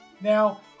Now